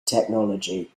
technology